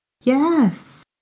Yes